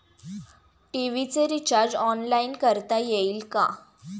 TV चे recharge online करता येईल का?